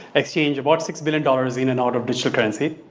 exchanged about six billion dollars in and out of digital currency,